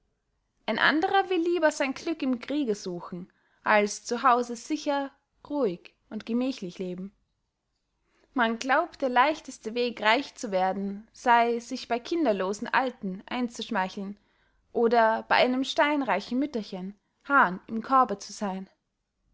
ein anderer will lieber sein glück im kriege suchen als zu hause sicher ruhig und gemächlich leben man glaubt der leichteste weg reich zu werden sey sich bey kinderlosen alten einzuschmeicheln oder bey einem steinreichen mütterchen hahn im korbe zu seyn